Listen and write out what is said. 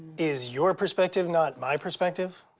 is your perspective not my perspective?